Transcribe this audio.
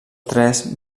tres